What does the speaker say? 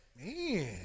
Man